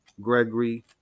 Gregory